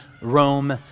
Rome